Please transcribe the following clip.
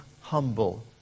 humble